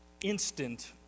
Instant